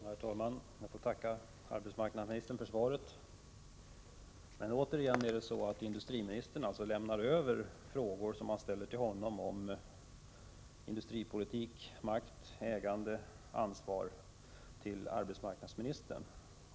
Herr talman! Jag får tacka arbetsmarknadsministern för svaret. Återigen lämnar alltså industriministern över frågor som man ställer till honom om industripolitik, makt, ägande och ansvar till arbetsmarknadsministern.